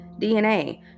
DNA